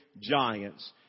giants